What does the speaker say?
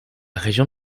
région